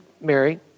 Mary